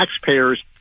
taxpayers